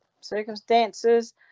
circumstances